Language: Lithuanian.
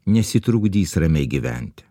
nesitrukdys ramiai gyventi